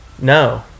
no